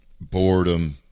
boredom